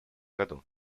году